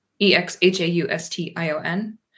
E-X-H-A-U-S-T-I-O-N